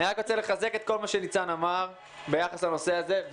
אני רוצה לחזק את כל מה שניצן הורוביץ אמר ביחס לנושא הזה.